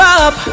up